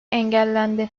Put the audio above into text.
engellendi